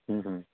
ਹੂੰ ਹੂੰ